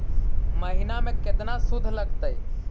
महिना में केतना शुद्ध लगतै?